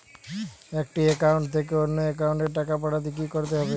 একটি একাউন্ট থেকে অন্য একাউন্টে টাকা পাঠাতে কি করতে হবে?